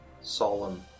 solemn